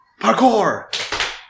parkour